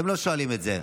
אתם לא שואלים את זה.